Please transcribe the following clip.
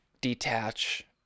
detach